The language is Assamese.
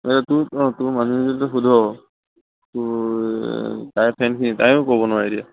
এ তোৰ অঁ তোৰ মানুহজনীক তই সোধ তাৰ তাইৰ ফ্ৰেণ্ডখিনি তাইও ক'ব নোৱাৰে এতিয়া